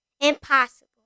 impossible